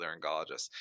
otolaryngologists